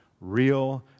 Real